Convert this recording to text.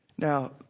Now